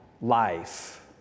life